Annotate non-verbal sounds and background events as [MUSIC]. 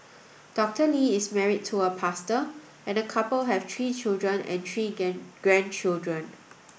Doctor Lee is married to a pastor and the couple have three children and three [UNINTELLIGIBLE] grandchildren